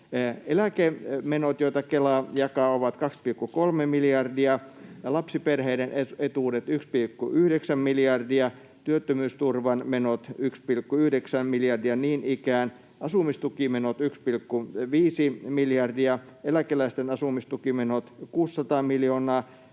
Eläkemenot, joita Kela jakaa, ovat 2,3 miljardia ja lapsiperheiden etuudet 1,9 miljardia, työttömyysturvan menot 1,9 miljardia niin ikään, asumistukimenot 1,5 miljardia, eläkeläisten asumistukimenot 600 miljoonaa,